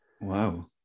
Wow